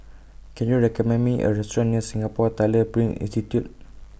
Can YOU recommend Me A Restaurant near Singapore Tyler Print Institute